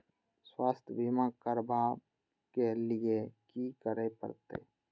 स्वास्थ्य बीमा करबाब के लीये की करै परतै?